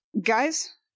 Guys